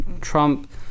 Trump